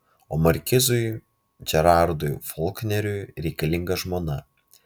o markizui džerardui folkneriui reikalinga žmona